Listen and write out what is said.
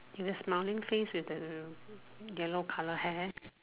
is a smiling face with the yellow colour hair